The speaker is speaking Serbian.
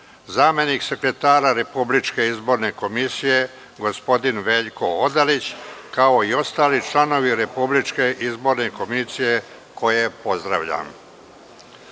zamenik sekretara Republičke izborne komisije gospodin Veljko Odalović, kao i ostali članovi Republičke izborne komisije, koje pozdravljam. Podsećam